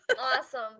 Awesome